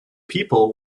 people